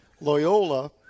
Loyola